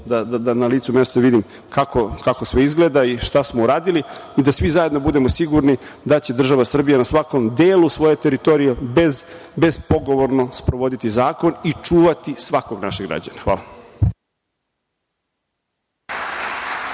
da na licu mesta vidim kako sve izgleda i šta smo uradili i da svi zajedno budemo sigurni da će država Srbija na svakom delu svoje teritorije bespogovorno sprovoditi zakon i čuvati svakog našeg građanina. Hvala.